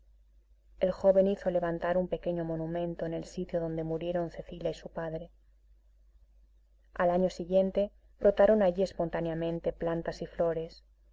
el joven hizo levantar un pequeño monumento en el sitio donde murieron cecilia y su padre al año siguiente brotaron allí espontáneamente plantas y flores